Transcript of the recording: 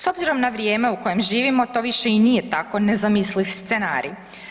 S obzirom na vrijeme u kojem živimo to više i nije tako nezamisliv scenarij.